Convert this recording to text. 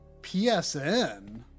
PSN